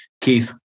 Keith